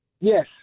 Yes